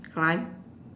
crime